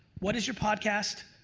what is your podcast?